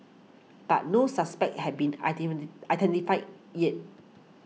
but no suspects have been identified yet